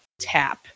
tap